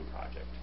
project